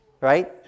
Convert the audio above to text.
right